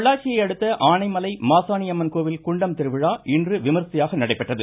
பொள்ளாச்சியை அடுத்த ஆனைமலை மாசாணி அம்மன் கோவில் குண்டம் திருவிழா இன்று விமர்சையாக நடைபெற்றது